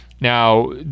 Now